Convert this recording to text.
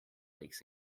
lakes